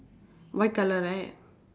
white colour right